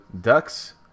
ducks